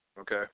okay